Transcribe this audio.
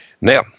Now